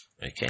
Okay